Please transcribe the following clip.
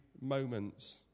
moments